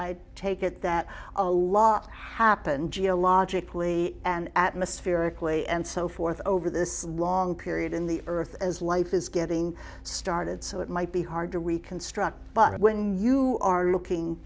i take it that a lot happened geologically and atmospherically and so forth over this long period in the earth as life is getting started so it might be hard to reconstruct but when you are looking